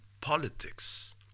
Politics